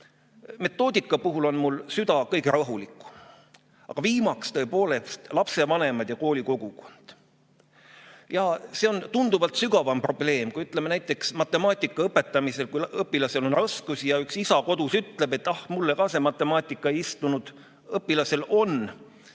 Metoodika puhul on mul süda kõige rahulikum. Aga viimaks, tõepoolest, lapsevanemad ja koolikogukond. Ja see on tunduvalt sügavam probleem. Ütleme, kui näiteks matemaatika õppimisel õpilasel on raskusi ja isa kodus ütleb, et ah, mulle ka see matemaatika ei istunud, siis õpilasel on